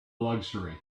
luxury